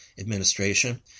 administration